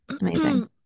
Amazing